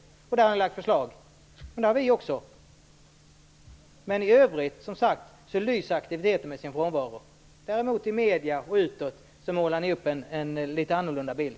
Där har ni lagt fram förslag. Det har vi också. I övrigt lyser som sagt aktiviteten med sin frånvaro. Däremot i medierna, och utåt, målar ni upp en litet annorlunda bild.